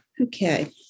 Okay